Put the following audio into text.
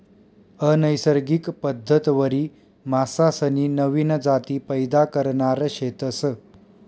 अनैसर्गिक पद्धतवरी मासासनी नवीन जाती पैदा करणार शेतस